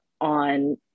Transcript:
on